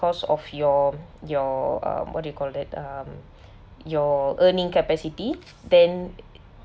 because of your your uh what do you call that um your earning capacity then